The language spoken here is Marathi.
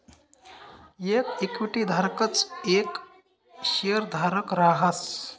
येक इक्विटी धारकच येक शेयरधारक रहास